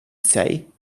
say